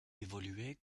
évoluait